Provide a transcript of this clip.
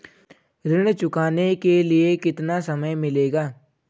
ऋण चुकाने के लिए कितना समय मिलेगा?